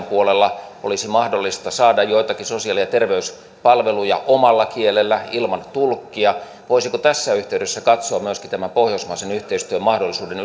puolella olisi mahdollista saada joitakin sosiaali ja terveyspalveluja omalla kielellä ilman tulkkia voisiko tässä yhteydessä katsoa myöskin tämän pohjoismaisen yhteistyön mahdollisuuden